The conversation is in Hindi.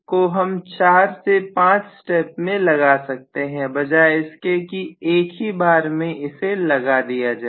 इस Rext को हम चार से पांच स्टेप में लगा सकते हैं बजाय इसके कि एक ही बार में ऐसे लगा दिया जाए